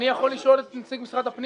אני יכול לשאול את סיון להבי